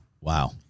Wow